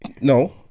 no